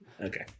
Okay